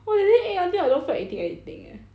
!wah! that day ache until I don't feel like eating anything eh